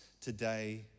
today